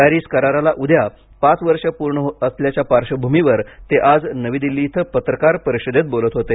Paris कराराला उद्या पाच वर्ष पूर्ण होत असल्याच्या पार्श्वभूमीवर ते आज नवी दिल्ली इथं पत्रकार परिषदेत बोलत होते